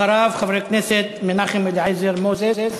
אחריו חבר הכנסת מנחם אליעזר מוזס,